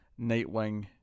Nightwing